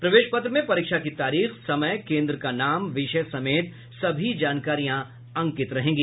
प्रवेश पत्र में परीक्षा की तारीख समय केन्द्र का नाम विषय समेत सभी जानकारियां अंकित रहेंगी